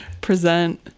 present